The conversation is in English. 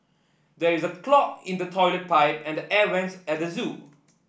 there is a clog in the toilet pipe and the air vents at the zoo